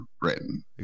written